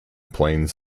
planes